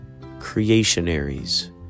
creationaries